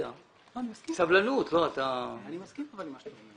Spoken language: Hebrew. אני מסכים עם מה שאתה אומר.